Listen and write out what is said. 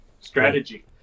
Strategy